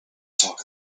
talk